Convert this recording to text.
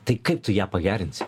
tai kaip tu ją pagerinsi